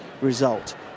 result